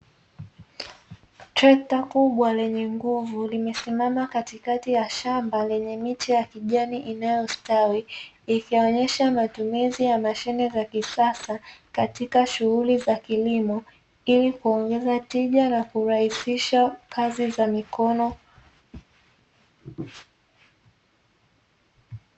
Trekta kubwa lenye nguvu limesimama katikati ya shamba lenye miche ya kijani inayostawi, ikionyesha matumizi ya mashine za kisasa katika shughuli za kilimo ili kuongeza tija na kurahisisha kazi za mikono.